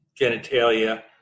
genitalia